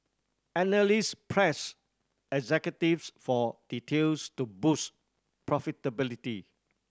analyst pressed executives for details to boost profitability